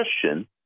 Christian